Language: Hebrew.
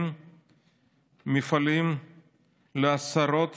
מפעלים לעשרות